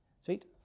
sweet